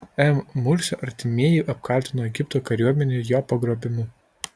m mursio artimieji apkaltino egipto kariuomenę jo pagrobimu